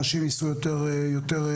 אנשים ייסעו יותר רגוע.